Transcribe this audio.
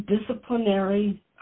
disciplinary